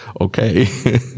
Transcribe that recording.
okay